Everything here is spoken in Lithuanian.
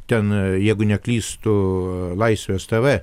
ten jeigu neklystu laisvės tv